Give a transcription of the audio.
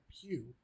pew